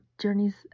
journeys